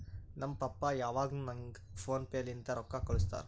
ನಮ್ ಪಪ್ಪಾ ಯಾವಾಗ್ನು ನಂಗ್ ಫೋನ್ ಪೇ ಲಿಂತೆ ರೊಕ್ಕಾ ಕಳ್ಸುತ್ತಾರ್